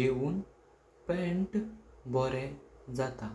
येऊन पांत दुषातुन बरे जाता।